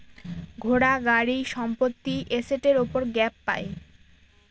ঘোড়া, গাড়ি, সম্পত্তি এসেটের উপর গ্যাপ পাই